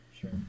sure